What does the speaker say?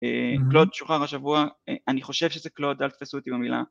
קלוד שוחרר השבוע. אני חושב שזה קלוד אל תתפסו אותי במילה.